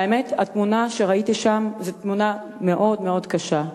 האמת היא שהתמונה שראיתי שם היא תמונה מאוד-מאוד קשה.